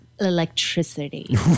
electricity